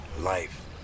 life